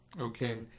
Okay